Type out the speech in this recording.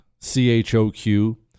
C-H-O-Q